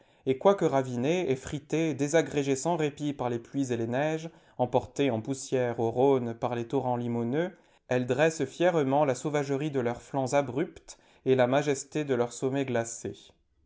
et quoique ravinées effritées désagrégées sans répit par les pluies et les neiges emportées en poussière au rhône par les torrents limoneux elles dressent fièrement la sauvagerie de leurs flancs abrupts et la majesté de leurs sommets glacés